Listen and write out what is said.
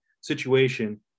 situation